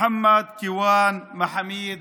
מוחמד כיוואן מחאמיד